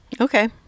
Okay